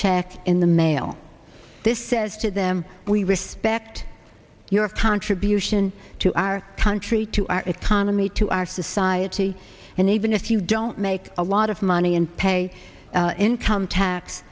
check in the mail this says to them we respect your contribution to our country to our economy to our society and even if you don't make a lot of money and pay income tax